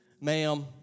ma'am